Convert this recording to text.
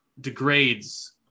degrades